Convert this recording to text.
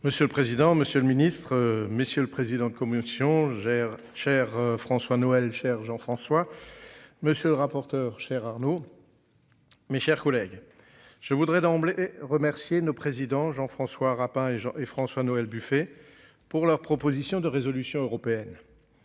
Monsieur le président, Monsieur le Ministre, Monsieur le Président de conversion gère cher François Noël cher Jean François. Monsieur le rapporteur. Chers Arnaud. Mes chers collègues, je voudrais d'emblée remercier nos présidents Jean-François Rapin et Jean et François Noël Buffet pour leur proposition de résolution européenne.